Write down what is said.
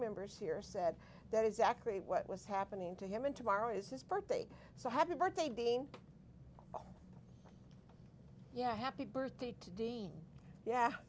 members here said that exactly what was happening to him and tomorrow is his birthday so happy birthday being yeah happy birthday to dean yeah